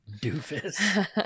Doofus